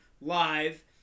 live